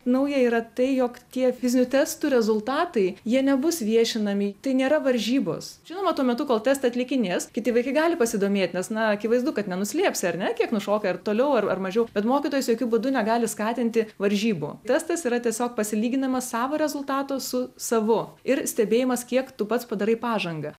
nauja yra tai jog tie fizinių testų rezultatai jie nebus viešinami tai nėra varžybos žinoma tuo metu kol testą atlikinės kiti vaikai gali pasidomėti nes na akivaizdu kad nenuslėpsi ar ne kiek nušokai ir toliau ar mažiau bet mokytojas jokiu būdu negali skatinti varžybų testas yra tiesiog pasilygindamas savo rezultato su savu ir stebėjimas kiek tu pats padarai pažangą